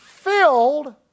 Filled